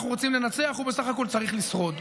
אנחנו רוצים לנצח, הוא בסך הכול צריך לשרוד.